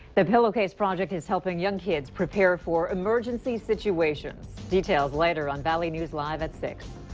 the pillowcase project is helping young kids prepare for emergency situations. details later on valley news live at six.